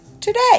today